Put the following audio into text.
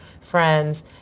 friends